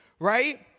Right